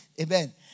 amen